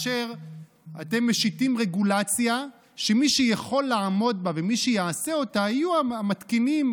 אתם משיתים רגולציה שמי שיכול לעמוד בה ומי שיעשה אותה יהיו המתקינים,